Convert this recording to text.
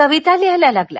कविता लिहायला लागला